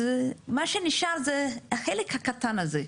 אז מה שנשאר זה החלק הקטן הזה.